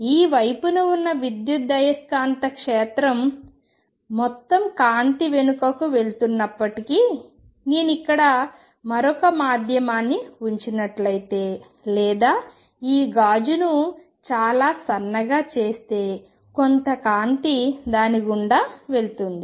ఈ వైపున ఉన్న విద్యుదయస్కాంత క్షేత్రం మొత్తం కాంతి వెనుకకు వెళుతున్నప్పటికీ నేను ఇక్కడ మరొక మాధ్యమాన్ని ఉంచినట్లయితే లేదా ఈ గాజును చాలా సన్నగా చేస్తే కొంత కాంతి దాని గుండా వెళుతుంది